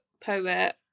poet